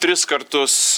tris kartus